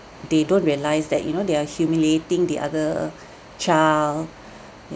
they don't realise that you know they are humiliating the other child